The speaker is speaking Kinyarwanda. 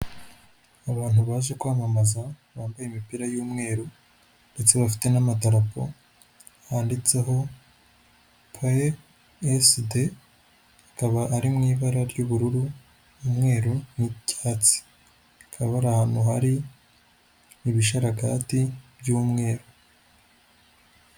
Abantu baje kwamamaza bambaye imipira y'umweru ndetse bafite n'amadapo yanditseho peyeside, akaba ari mu ibara ry'ubururu, umweru n'icyatsi. Hakaba ari ahantu hari ibisharagati by'umweru.